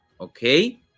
Okay